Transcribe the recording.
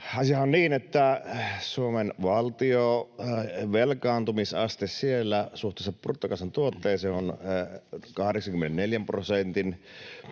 Asiahan on niin, että Suomen valtion velkaantumisaste suhteessa bruttokansantuotteeseen on 84 prosentin